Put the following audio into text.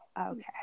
Okay